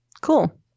Cool